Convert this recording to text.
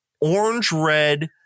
orange-red